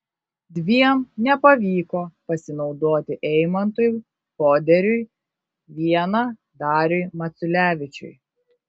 dviem nepavyko pasinaudoti eimantui poderiui viena dariui maciulevičiui